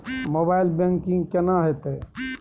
Mobile banking केना हेते?